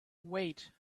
wait